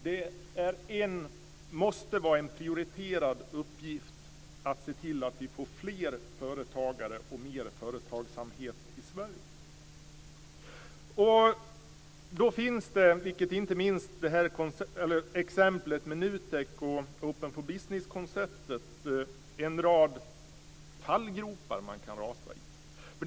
Det måste vara en prioriterad uppgift att se till att vi får fler företagare och mer företagsamhet i Sverige. Då finns det en rad fallgropar att rasa ned i, vilket inte minst exemplet med NUTEK och Open for Business-konceptet visar.